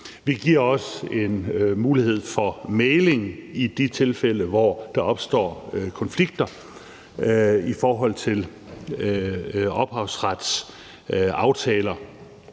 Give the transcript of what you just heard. Vi giver også en mulighed for mægling i de tilfælde, hvor der opstår konflikter i forhold til ophavsretsaftaler.